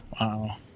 wow